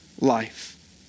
life